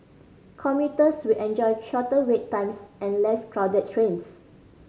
commuters will enjoy shorter wait times and less crowded trains